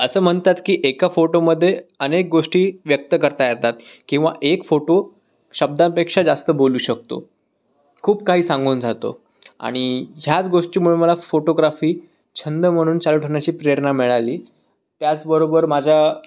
असं म्हणतात की एका फोटोमध्ये अनेक गोष्टी व्यक्त करता येतात किंवा एक फोटो शब्दांपेक्षा जास्त बोलू शकतो खूप काही सांगून जातो आणि ह्याच गोष्टीमुळे मला फोटोग्राफी छंद म्हणून चालू ठेवण्याची प्रेरणा मिळाली त्याचबरोबर माझ्या